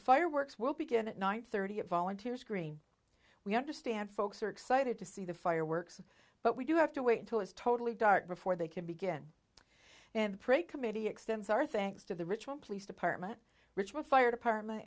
fireworks will begin at nine thirty at volunteers green we understand folks are excited to see the fireworks but we do have to wait until is totally dark before they can begin and pray committee extends our thanks to the ritual police department which will fire department